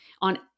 on